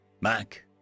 Mac